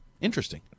Interesting